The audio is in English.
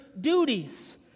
duties